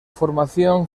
formación